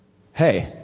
hey,